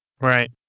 Right